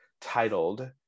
titled